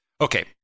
okay